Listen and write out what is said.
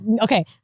Okay